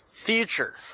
Future